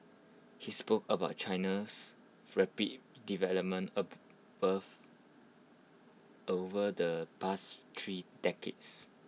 he spoke about China's rapid development over the past three decades